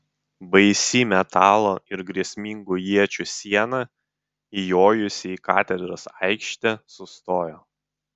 baisi metalo ir grėsmingų iečių siena įjojusi į katedros aikštę sustojo